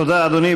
תודה, אדוני.